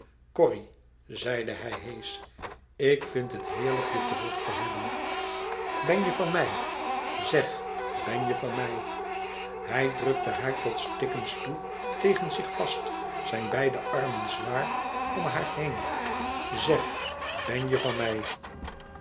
corrie zeide hij heesch ik vind het heerlijk je terug te hebben ben je van mij zeg ben je van mij hij drukte haar tot stikkens toe tegen zich vast zijn beide armen zwaar om haar heen zeg ben je van mij